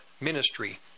ministry